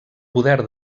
poder